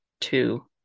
two